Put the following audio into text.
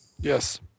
Yes